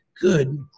good